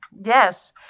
Yes